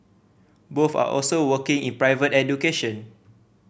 both are also working in private education